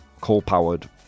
coal-powered